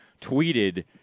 tweeted